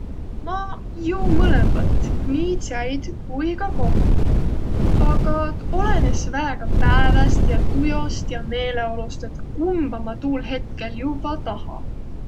Maq juu mõlõmbat, nii tsäid kui ka kohvi, aga olõnõs väega pääväst ja tujost ja meeleolust, et kumba ma tuul hetkel juvvaq taha.